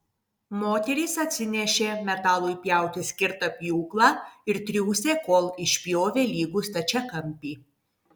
moterys atsinešė metalui pjauti skirtą pjūklą ir triūsė kol išpjovė lygų stačiakampį